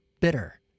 bitter